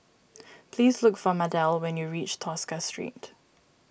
please look for Mardell when you reach Tosca Street